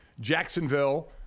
Jacksonville